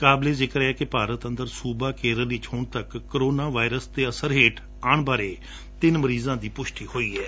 ਕਾਬਲੇ ਜਿਕਰ ਹੈ ਕਿ ਭਾਰਤ ਅੰਦਰ ਸੂਬਾ ਕੇਰਲ ਵਿਚ ਹੁਣ ਤੱਕ ਕੋਰੋਨਾ ਵਾਇਰਸ ਦੇ ਅਸਰ ਹੇਠ ਆਣ ਬਾਰੇ ਤਿੰਨ ਮਰੀਜਾਂ ਦੀ ਪੁਸ਼ਟੀ ਹੋਈ ਹੈ